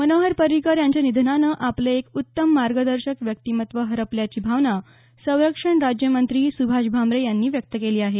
मनोहर पर्रिकर यांच्या निधनाने आपले एक उत्तम मार्गदर्शक व्यक्तिमत्त्व हरपल्याची भावना संरक्षण राज्यमंत्री सुभाष भामरे यांनी व्यक्त केली आहे